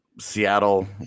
Seattle